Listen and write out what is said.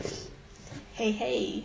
!hey! !hey!